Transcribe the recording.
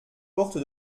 porte